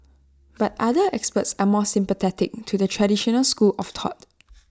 but other experts are more sympathetic to the traditional school of thought